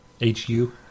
H-U